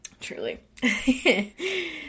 Truly